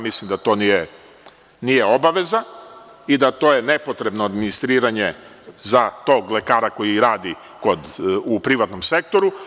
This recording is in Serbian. Mislim da to nije obaveza i da je to nepotrebno administriranje za tog lekara koji radi u privatnom sektoru.